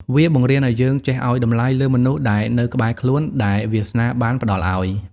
វាបង្រៀនឱ្យយើងចេះឱ្យតម្លៃលើមនុស្សដែលនៅក្បែរខ្លួន ដែលវាសនាបានផ្ដល់ឱ្យ។